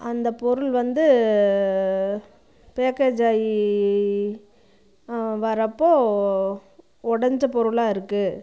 அந்த பொருள் வந்து பேக்கேஜ் ஆகி வரப்போது உடஞ்ச பொருளாக இருக்குது